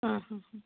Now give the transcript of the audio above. ಹಾಂ ಹಾಂ ಹಾಂ